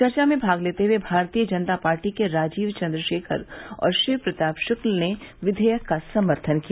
चर्चा में भाग लेते हुए भारतीय जनता पार्टी के राजीव चंद्रशेखर और शिव प्रताप शुक्ल ने विधेयक का समर्थन किया